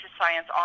science